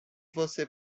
você